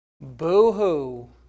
Boo-hoo